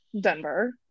Denver